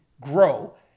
grow